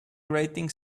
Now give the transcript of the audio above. grating